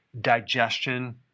digestion